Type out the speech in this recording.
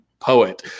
poet